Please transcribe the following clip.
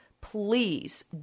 please